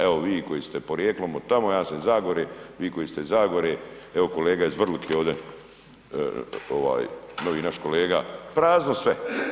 Evo vi koji ste porijeklom od tamo, ja sam iz Zagore, vi koji ste iz Zagore, evo kolega je iz Vrlike ovdje novi naš kolega, prazno sve.